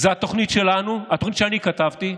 זו התוכנית שלנו, התוכנית שאני כתבתי,